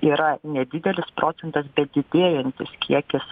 yra nedidelis procentas bet didėjantis kiekis